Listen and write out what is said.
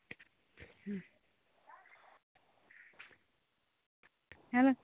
hello